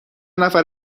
نفر